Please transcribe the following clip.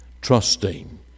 trusting